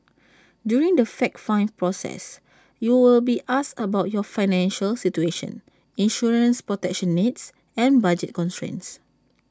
during the fact find process you will be asked about your financial situation insurance protection needs and budget constraints